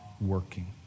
working